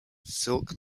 silk